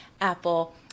Apple